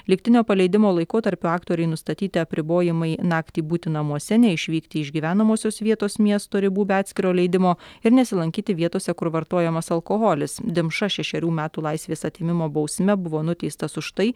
lygtinio paleidimo laikotarpiu aktoriui nustatyti apribojimai naktį būti namuose neišvykti iš gyvenamosios vietos miesto ribų be atskiro leidimo ir nesilankyti vietose kur vartojamas alkoholis dimša šešerių metų laisvės atėmimo bausme buvo nuteistas už tai